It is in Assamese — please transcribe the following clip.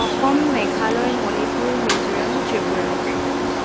অসম মেঘালয় মণিপুৰ মিজোৰাম ত্ৰিপুৰা